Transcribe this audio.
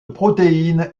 protéine